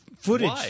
footage